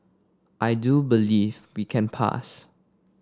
I do believe we can pass